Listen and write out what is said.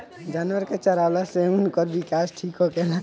जानवर के चरवला से उनकर विकास ठीक होखेला